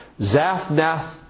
Zaphnath